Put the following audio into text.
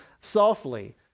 softly